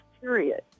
period